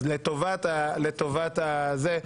לטובת זה,